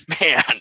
man